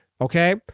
okay